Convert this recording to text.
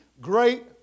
great